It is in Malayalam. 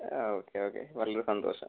ആ ഓക്കെ ഓക്കെ വളരെ സന്തോഷം